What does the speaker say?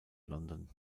london